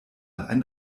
ein